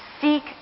seek